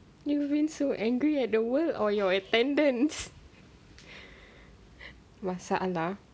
you mean so angry at the world or your attendance masalah